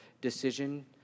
decision